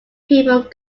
people